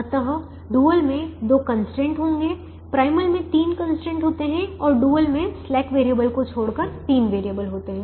अतः डुअल में दो कंस्ट्रेंट होंगे प्राइमल में तीन कंस्ट्रेंट होते हैं और डुअल में स्लैक वेरिएबल को छोड़कर तीन वैरिएबल होते हैं